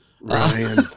Ryan